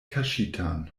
kaŝitan